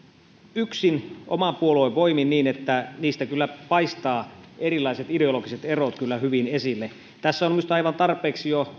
yksin oman puolueen voimin niin että niistä kyllä tulevat erilaiset ideologiset erot hyvin esille tässä on minusta ehkä jo